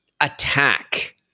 attack